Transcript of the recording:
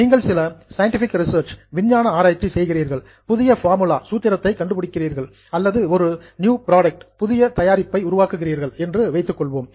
நீங்கள் சில scientific research விஞ்ஞான ஆராய்ச்சி செய்கிறீர்கள் புதிய ஃபார்முலா சூத்திரத்தை கண்டுபிடிக்கிறீர்கள் அல்லது ஒரு நியூ ப்ராடக்ட் புதிய தயாரிப்பை உருவாக்குகிறீர்கள் என்று வைத்துக்கொள்வோம்